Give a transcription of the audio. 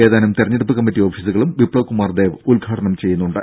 ഏതാനും തെരഞ്ഞെടുപ്പ് കമ്മിറ്റി ഓഫീസുകളും ബിപ്സവ് കുമാർ ദേവ് ഉദ്ഘാടനം ചെയ്യുന്നുണ്ട്